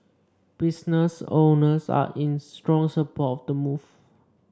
business owners are in strong support of the move